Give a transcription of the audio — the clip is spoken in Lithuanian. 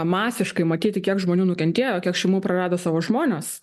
masiškai matyti kiek žmonių nukentėjo kiek šeimų prarado savo žmones